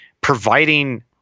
providing